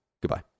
Goodbye